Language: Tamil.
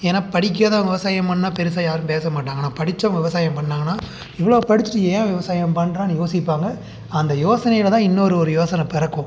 ஏன்னால் படிக்காதவன் விவசாயம் பண்ணிணா பெருசாக யாரும் பேசமாட்டாங்க ஆனால் படித்தவன் விவசாயம் பண்ணிணாங்கன்னா இவ்வளோ படிச்சுட்டு ஏன் விவசாயம் பண்ணுறான்னு யோசிப்பாங்க அந்த யோசனையில் தான் இன்னொரு ஒரு யோசனை பிறக்கும்